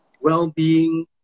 well-being